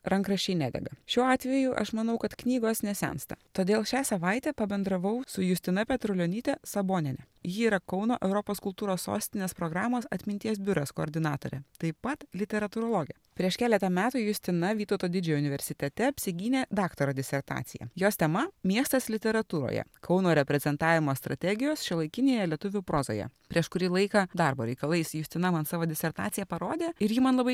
rankraščiai nedega šiuo atveju aš manau kad knygos nesensta todėl šią savaitę pabendravau su justina petrulionytė sabonienė ji yra kauno europos kultūros sostinės programos atminties biuras koordinatorė taip pat literatūrologė prieš keletą metų justina vytauto didžiojo universitete apsigynė daktaro disertaciją jos tema miestas literatūroje kauno reprezentavimo strategijos šiuolaikinėje lietuvių prozoje prieš kurį laiką darbo reikalais justina man savo disertaciją parodė ir ji man labai